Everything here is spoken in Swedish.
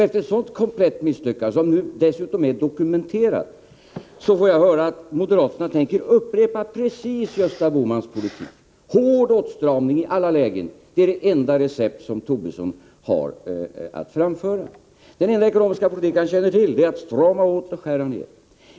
Efter ett sådant komplett misslyckande, som dessutom är dokumenterat, får jag höra att moderaterna tänker upprepa precis samma politik som Gösta Bohmans. Hård åtstramning i alla lägen är det enda recept som Lars Tobisson har att komma med. Den enda ekonomiska politik han känner till går således ut på att strama åt och att skära ned.